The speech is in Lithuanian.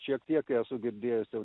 šiek tiek esu girdėjęs ten